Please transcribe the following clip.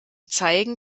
zeigen